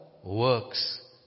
works